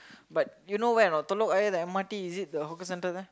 but you know where or not Telok-Ayer the M_R_T is it the hawker centre there